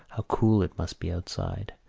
how cool it must be outside!